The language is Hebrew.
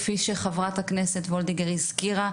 כפי שחברת הכנסת וולדיגר הזכירה,